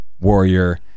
warrior